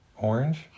Orange